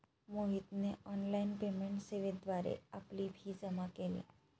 मोहितने online payment सेवेद्वारे आपली फी जमा केली